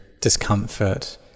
discomfort